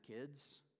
kids